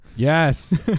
Yes